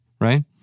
right